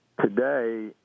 Today